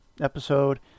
episode